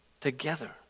together